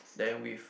then with